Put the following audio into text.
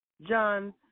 John